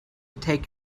take